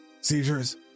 seizures